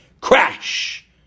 crash